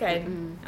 mm mm